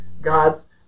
God's